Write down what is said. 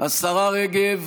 השרה רגב,